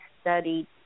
studied